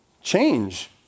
Change